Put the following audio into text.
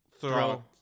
throw